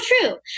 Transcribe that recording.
true